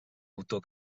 autor